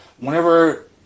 Whenever